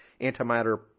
antimatter